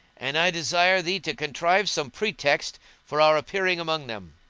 and i desire thee to contrive some pretext for our appearing among them.